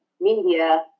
media